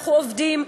אנחנו עובדים,